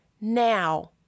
now